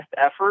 effort